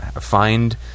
find